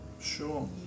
Sure